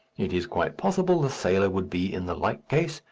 it is quite possible the sailor would be in the like case,